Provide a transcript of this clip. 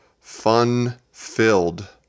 fun-filled